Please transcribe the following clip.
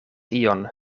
ion